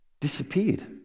disappeared